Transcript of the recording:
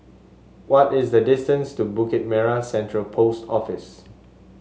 what is the distance to Bukit Merah Central Post Office